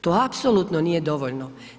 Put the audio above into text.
To apsolutno nije dovoljno.